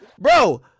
Bro